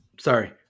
sorry